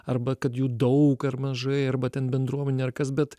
arba kad jų daug ar mažai arba ten bendruomenė ar kas bet